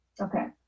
okay